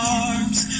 arms